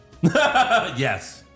Yes